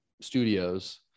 studios